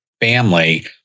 family